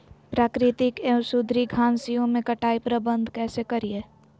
प्राकृतिक एवं सुधरी घासनियों में कटाई प्रबन्ध कैसे करीये?